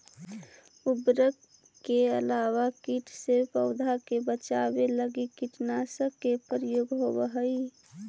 उर्वरक के अलावा कीट से पौधा के बचाव लगी कीटनाशक के प्रयोग होवऽ हई